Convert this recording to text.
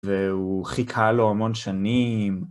והוא חיכה לו המון שנים.